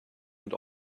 and